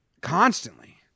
constantly